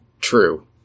True